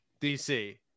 DC